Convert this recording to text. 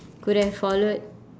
could have followed